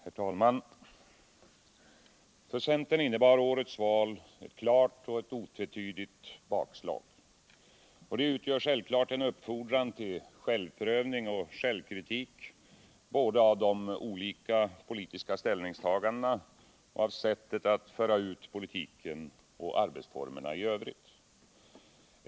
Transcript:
Herr talman! För centern innebar årets val ett klart och otvetydigt bakslag. Det utgör självklart en uppfordran till självprövning och självkritik av olika politiska ställningstaganden, sättet att föra ut politiken och arbetsformerna i övrigt.